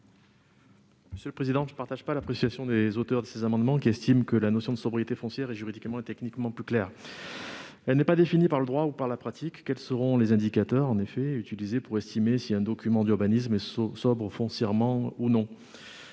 économiques ? Je ne partage pas l'appréciation des auteurs de ces amendements, qui estiment que la notion de sobriété foncière est juridiquement et techniquement plus claire. Elle n'est pas définie par le droit ou par la pratique. Quels seront les indicateurs utilisés pour estimer si un document d'urbanisme est sobre foncièrement ou non ?